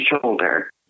shoulder